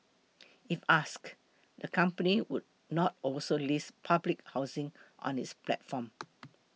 if asked the company would not also list public housing on its platform